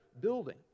building